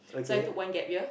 so I took one gap year